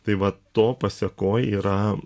tai va to pasėkoj yra